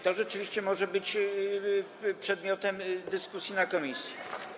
To rzeczywiście może być przedmiotem dyskusji w komisji.